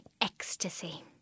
ecstasy